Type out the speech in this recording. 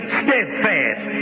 steadfast